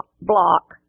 block